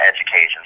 education